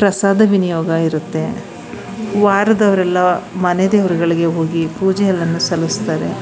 ಪ್ರಸಾದ ವಿನಿಯೋಗ ಇರುತ್ತೆ ವಾರದವರೆಲ್ಲ ಮನೆ ದೇವ್ರುಗಳಿಗೆ ಹೋಗಿ ಪೂಜೆ ಎಲ್ಲನೂ ಸಲ್ಲಿಸ್ತಾರೆ